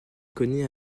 connaît